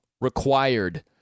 required